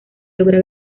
logra